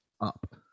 up